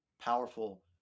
powerful